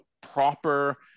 proper